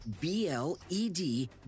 B-L-E-D